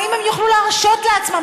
האם הם יוכלו להרשות לעצמם,